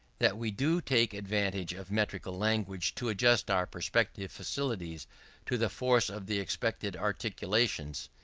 that we do take advantage of metrical language to adjust our perceptive faculties to the force of the expected articulations,